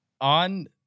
on